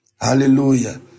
Hallelujah